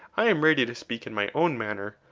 i am ready to speak in my own manner,